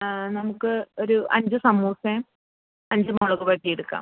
നമുക്ക് ഒരു അഞ്ച് സമൂസയും അഞ്ച് മുളക് ബജി എടുക്കാം